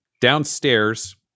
downstairs